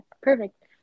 perfect